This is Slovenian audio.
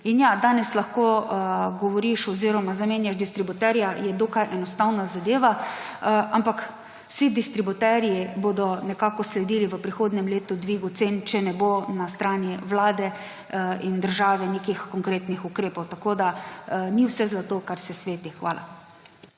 In ja, danes lahko zamenjaš distributerja, je dokaj enostavna zadeva, ampak vsi distributerji bodo nekako sledili v prihodnjem letu dvigu cen, če ne bo na strani vlade in države nekih konkretnih ukrepov. Ni vse zlato, kar se sveti. Hvala.